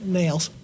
nails